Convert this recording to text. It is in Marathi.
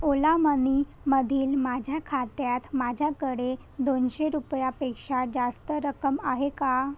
ओला मनीमधील माझ्या खात्यात माझ्याकडे दोनशे रुपयापेक्षा जास्त रक्कम आहे का